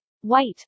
White